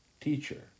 teacher